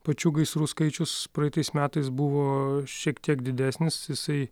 pačių gaisrų skaičius praeitais metais buvo šiek tiek didesnis jisai